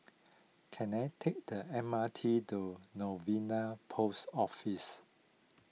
can I take the M R T to Novena Post Office